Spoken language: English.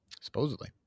Supposedly